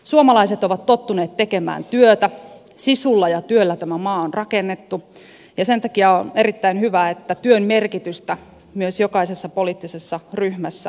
suomalaiset ovat tottuneet tekemään työtä sisulla ja työllä tämä maa on rakennettu ja sen takia on erittäin hyvä että työn merkitystä myös jokaisessa poliittisessa ryhmässä arvostetaan